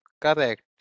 Correct